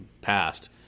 passed